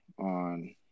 on